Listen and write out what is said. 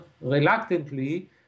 reluctantly